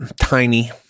tiny